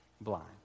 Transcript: blind